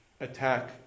attack